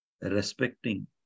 respecting